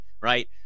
right